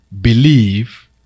believe